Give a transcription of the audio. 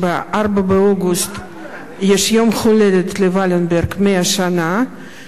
באוגוסט הוא יום הולדת 100 שנה לוולנברג,